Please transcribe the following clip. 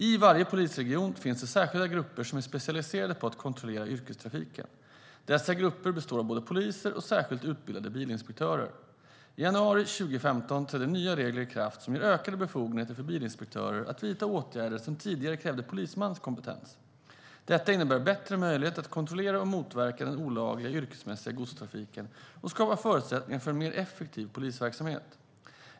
I varje polisregion finns det särskilda grupper som är specialiserade på att kontrollera yrkestrafiken. Dessa grupper består av både poliser och särskilt utbildade bilinspektörer. I januari 2015 trädde nya regler i kraft som ger ökade befogenheter för bilinspektörer att vidta åtgärder som tidigare krävde polismans kompetens. Detta innebär bättre möjligheter att kontrollera och motverka den olagliga yrkesmässiga godstrafiken och skapar förutsättningar för en mer effektiv polisverksamhet.